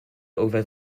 over